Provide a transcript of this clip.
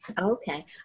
Okay